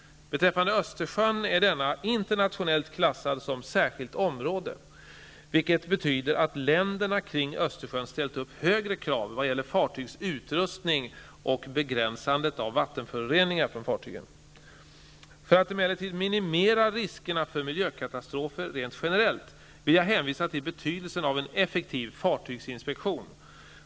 Beträffande Östersjön vill jag säga att denna är internationellt klassad som särskilt område, vilket betyder att länderna kring Östersjön ställt upp högre krav vad gäller fartygs utrustning och begränsandet av vattenföroreningar från fartygen. För att emellertid minimera riskerna för miljökatastrofer rent generellt vill jag hänvisa till betydelsen av en effektiv fartygsinspektion.